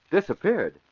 Disappeared